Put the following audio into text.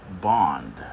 bond